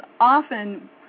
often